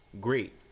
Great